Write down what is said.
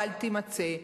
בל תימצא,